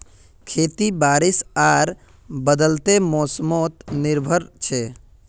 खेती बारिश आर बदलते मोसमोत निर्भर छे